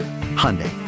Hyundai